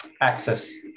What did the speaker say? access